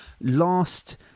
last